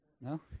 No